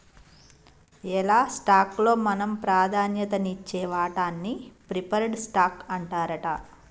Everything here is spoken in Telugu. ఎలా స్టాక్ లో మనం ప్రాధాన్యత నిచ్చే వాటాన్ని ప్రిఫర్డ్ స్టాక్ అంటారట